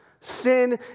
Sin